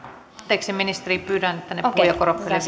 anteeksi ministeri pyydän tänne puhujakorokkeelle